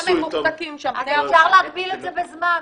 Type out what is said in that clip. --- אז אפשר להגביל את זה בזמן.